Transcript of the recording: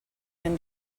been